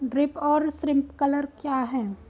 Drip और sprinkler क्या हैं?